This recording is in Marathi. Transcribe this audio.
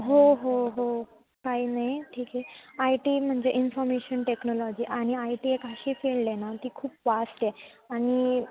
हो हो हो काय नाही ठीक आहे आय टी म्हणजे इन्फॉर्मेशन टेक्नॉलॉजी आणि आय टी एक अशी फील्ड आहे ना ती खूप फास्ट आहे आणि